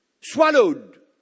Swallowed